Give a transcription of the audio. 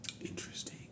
Interesting